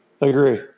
Agree